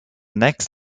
next